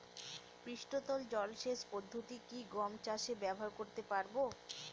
পৃষ্ঠতল জলসেচ পদ্ধতি কি গম চাষে ব্যবহার করতে পারব?